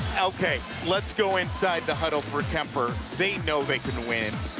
okay. let's go inside the huddle for kuemper they know they can win.